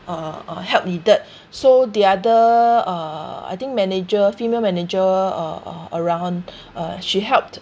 uh uh help needed so the other uh I think manager female manager uh uh around uh she helped